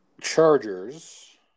Chargers